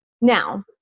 now